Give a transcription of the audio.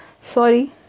Sorry